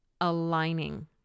aligning